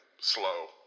slow